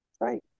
Right